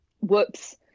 whoops